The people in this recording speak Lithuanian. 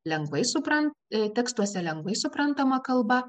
lengvai supran tekstuose lengvai suprantama kalba